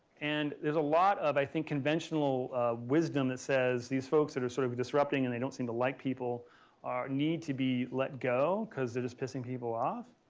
and there's a lot of i think conventional wisdom that says these folks that are sort of of disrupting and they don't seem to like people are need to be let go, because they're just pissing people off.